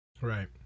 right